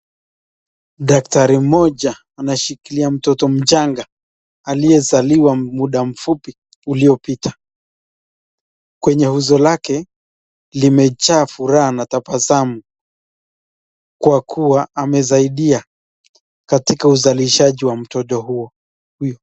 Daktari mmoja anashikilia mtoto mchanga aliyezaliwa muda mfupi uliopita. Kwenye uso lake limejaa furaha na tabasamu, Kwa kuwa amesadia katika uzalishaji wa mtoto huyu.